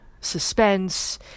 suspense